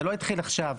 זה לא התחיל עכשיו.